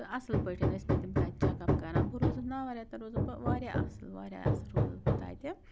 تہٕ اَصٕل پٲٹھۍ ٲسۍ مےٚ تِم تَتہِ چَک اپ کَران بہٕ روٗزٕس نون ریتن روٗزٕس بہٕ واریاہ اَصٕل واریاہ اَصل روٗزٕس بہٕ تَتہِ